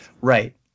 right